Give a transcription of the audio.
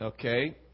Okay